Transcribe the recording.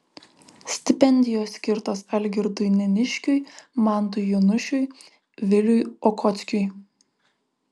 stipendijos skirtos algirdui neniškiui mantui jonušiui viliui okockiui